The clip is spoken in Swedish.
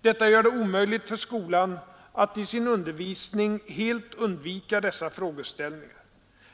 Detta gör det omöjligt för skolan att i sin undervisning helt undvika dessa frågeställningar.